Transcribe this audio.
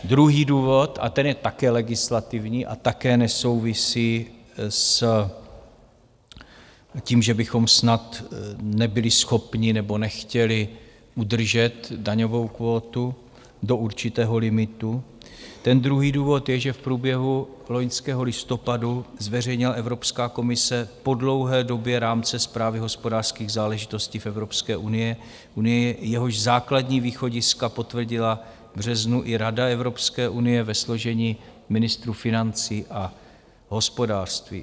Druhý důvod a ten je také legislativní a také nesouvisí s tím, že bychom snad nebyli schopni nebo nechtěli udržet daňovou kvótu do určitého limitu druhý důvod je, že v průběhu loňského listopadu zveřejnila Evropská komise po dlouhé době rámce zprávy hospodářských záležitostí v Evropské unii, jehož základní východiska potvrdila v březnu i Rada Evropské unie ve složení ministrů financí a hospodářství.